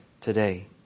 today